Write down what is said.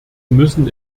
müssen